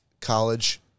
college